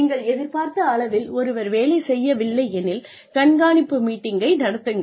நீங்கள் எதிர்பார்த்த அளவில் ஒருவர் வேலை செய்ய வில்லை எனில் கண்காணிப்பு மீட்டிங்கை நடத்துங்கள்